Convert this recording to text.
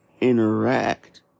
interact